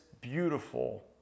beautiful